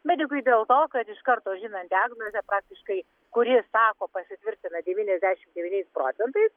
medikui dėl to kad iš karto žinant diagnozę praktiškai kuri sako pasitvirtina devyniasdešimt devyniais procentais